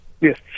Yes